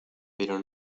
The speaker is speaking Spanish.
pero